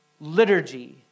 liturgy